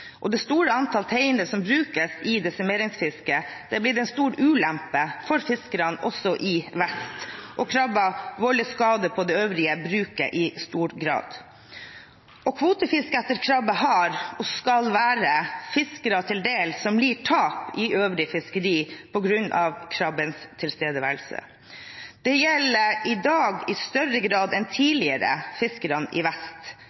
er blitt en stor ulempe for fiskerne også i vest, og krabben volder skade på det øvrige bruket i stor grad. Kvotefiske etter krabbe har vært og skal være fiskere som lir tap i øvrig fiskeri på grunn av krabbens tilstedeværelse, til del. Det gjelder i dag i større grad enn tidligere fiskerne i vest,